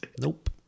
Nope